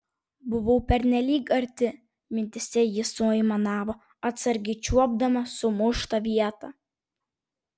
buvau pernelyg arti mintyse ji suaimanavo atsargiai čiuopdama sumuštą vietą